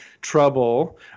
trouble